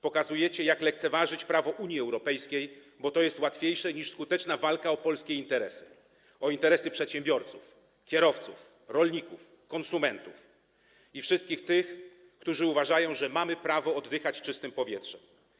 Pokazujecie, jak lekceważyć prawo Unii Europejskiej, bo to jest łatwiejsze niż skuteczna walka o polskie interesy, o interesy przedsiębiorców, kierowców, rolników, konsumentów i wszystkich tych, którzy uważają, że mamy prawo oddychać czystym powietrzem.